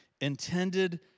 intended